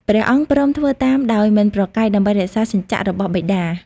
ព្រះអង្គព្រមធ្វើតាមដោយមិនប្រកែក ដើម្បីរក្សាសច្ចៈរបស់បិតា ។